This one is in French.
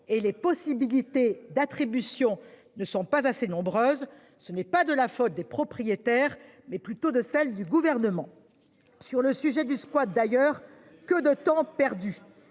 et les possibilités d'attribution ne sont pas assez nombreuses. Ce n'est pas de la faute des propriétaires mais plutôt de celle du gouvernement sur le sujet du squad d'ailleurs que de temps perdu.